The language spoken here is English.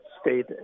state